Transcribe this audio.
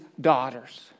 daughters